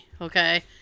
Okay